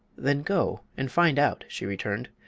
then go and find out, she returned,